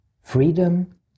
freedom